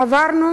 עברנו